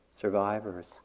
survivors